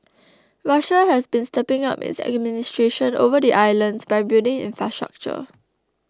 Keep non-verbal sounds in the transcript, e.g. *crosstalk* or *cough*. *noise* Russia has been stepping up its administration over the islands by building infrastructure